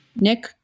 nick